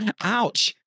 Ouch